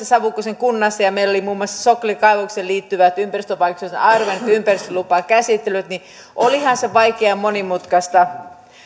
savukosken kunnassa töissä ja meillä oli muun muassa soklin kaivokseen liittyvät ympäristövaikutusten arvioinnit ja ympäristölupakäsittelyt niin olihan se vaikeaa ja monimutkaista